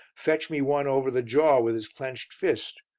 fetch me one over the jaw with his clenched fist.